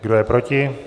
Kdo je proti?